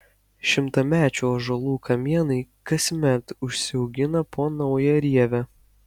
šimtamečių ąžuolų kamienai kasmet užsiaugina po naują rievę